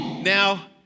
Now